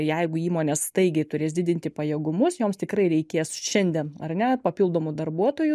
jeigu įmonės staigiai turės didinti pajėgumus joms tikrai reikės šiandien ar ne papildomų darbuotojų